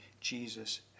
Jesus